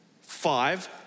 Five